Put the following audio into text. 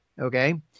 Okay